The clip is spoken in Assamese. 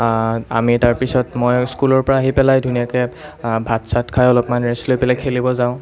আমি তাৰপিছত মই স্কুলৰ পৰা আহি পেলাই ধুনীয়াকৈ ভাত চাত খাই অলপমান ৰেষ্ট লৈ পেলাই খেলিব যাওঁ